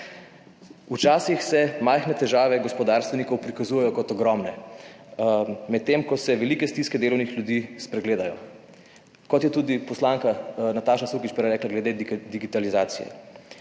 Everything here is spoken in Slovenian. Včasih se majhne težave gospodarstvenikov prikazujejo kot ogromne, medtem ko se velike stiske delovnih ljudi spregledajo". Kot je tudi poslanka Nataša Sukič prej rekla glede digitalizacije,